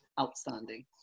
outstanding